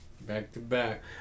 Back-to-back